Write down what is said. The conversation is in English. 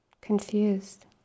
Confused